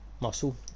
muscle